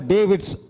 David's